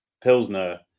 Pilsner